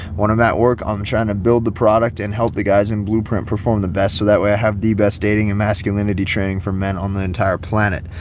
one of that work on trying to build the product and help the guys in blueprint perform the best. so that way i have the best dating and masculinity training for men on the entire planet.